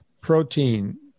protein